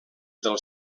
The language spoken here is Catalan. del